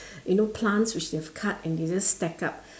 you know plants which they have just cut and they just stack up